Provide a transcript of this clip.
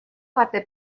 poate